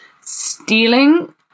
stealing